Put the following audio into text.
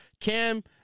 Cam